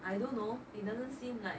I don't know it doesn't seem like